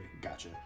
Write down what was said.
Gotcha